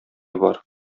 бар